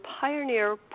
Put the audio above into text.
pioneer